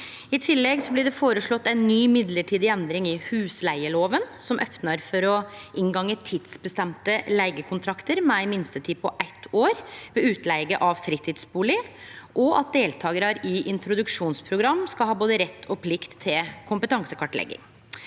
I tillegg blir det føreslått ei ny mellombels endring i husleigelova som opnar for å inngå tidsbestemte leigekontraktar med ei minstetid på eitt år ved utleige av fritidsbustad, og at deltakarar i introduksjonsprogram skal ha både rett og plikt til kompetansekartlegging.